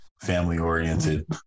family-oriented